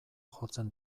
jotzen